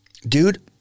Dude